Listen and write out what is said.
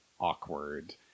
awkward